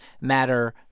matter